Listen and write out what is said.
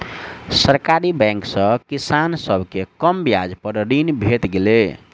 सरकारी बैंक सॅ किसान सभ के कम ब्याज पर ऋण भेट गेलै